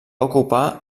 ocupar